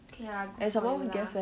okay lah good for you lah